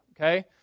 okay